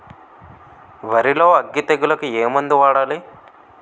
వరిలో అగ్గి తెగులకి ఏ మందు వాడాలి?